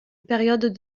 période